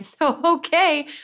okay